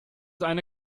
eine